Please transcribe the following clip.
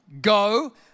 go